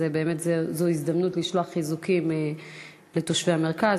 אז זו ההזדמנות לשלוח חיזוקים לתושבי המרכז,